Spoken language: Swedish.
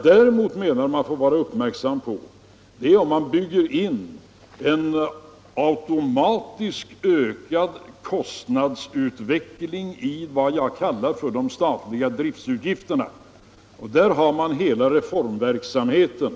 Däremot menar jag att man får vara uppmärksam på att man inte bygger in en automatiskt ökad kostnadsutveckling i vad jag kallar de statliga driftutgifterna. Det påverkar hela reformverksamheten.